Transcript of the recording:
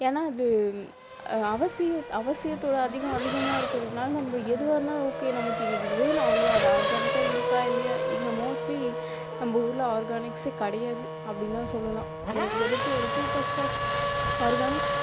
ஏன்னா அது அவசியம் அவசியோத்தோட அதிகம் அதிகமாக இருக்கறதுனால் நம்ம எதுவாக இருந்தாலும் ஓகே நமக்கு இன்னிக்கி இதுவே அவ்வளோ அது ஆர்கானிக்கா இருக்கா இல்லையா இங்கே மோஸ்ட்லி நம்ம ஊரில் ஆர்கானிக்சே கடையாது அப்படின்னுதான் சொல்லலாம் எனக்கு தெரிஞ்சு ஒரு டூ பஸ்ட்டாஃப் ஆர்கானிக்ஸ்